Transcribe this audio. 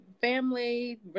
family